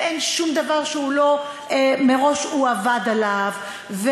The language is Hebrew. אין שום דבר שהוא לא עבד עליו מראש.